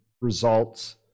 results